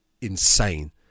insane